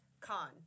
Con